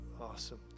Awesome